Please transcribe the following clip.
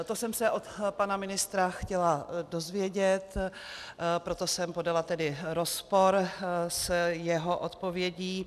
To jsem se od pana ministra chtěla dozvědět, proto jsem podala tedy rozpor s jeho odpovědí.